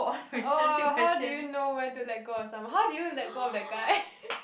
oh how do you know when to let go of someone how did you let go that guy